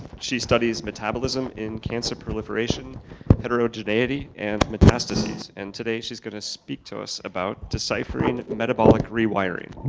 she studies metabolism in cancer proliferation heterogeneity and metastasis. and today she's gonna speak to us about deciphering metabolic rewiring.